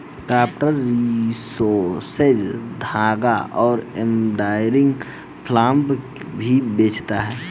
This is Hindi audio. क्राफ्ट रिसोर्सेज धागा और एम्ब्रॉयडरी फ्लॉस भी बेचता है